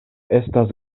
estas